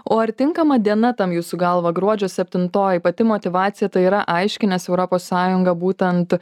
o ar tinkama diena tam jūsų galva gruodžio septintoji pati motyvacija tai yra aiški nes europos sąjunga būtent